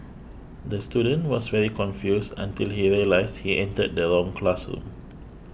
the student was very confused until he realised he entered the wrong classroom